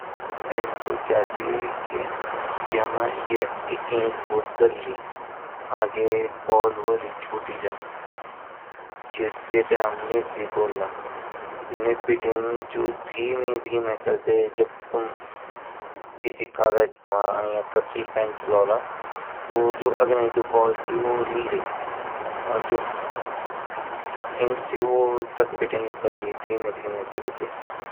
पेन कु क्या ची एमा इंक दलदी आगे बॉल हुइली छोटी जंजिते हम निब्ब बोल्दा नब्ब बीतीं जो धीमे धीमे तेते जब तुम किसी कागज मा या कखि पेन चलौला तो जो अग्नि जो बॉल ची वो हिल्ली और जो इंक ची तख बीटिन निकललि धीमे धीमे करिते